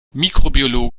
mikrobiologen